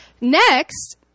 Next